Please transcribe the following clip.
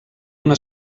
una